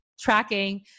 tracking